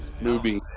movie